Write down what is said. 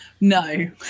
No